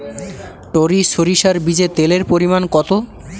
টরি সরিষার বীজে তেলের পরিমাণ কত?